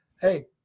Hey